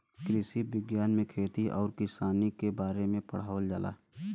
कृषि विज्ञान में खेती आउर किसानी के बारे में पढ़ावल जाला